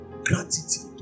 Gratitude